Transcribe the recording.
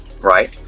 right